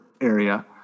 area